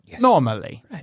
normally